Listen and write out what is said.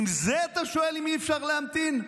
עם זה אתה שואל אם אי-אפשר להמתין?